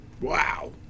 Wow